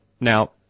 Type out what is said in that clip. now